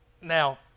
Now